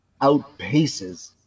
outpaces